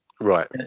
Right